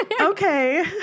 Okay